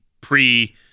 pre